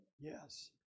Yes